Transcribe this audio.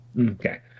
okay